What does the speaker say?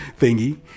thingy